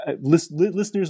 listeners